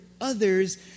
others